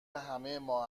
همهما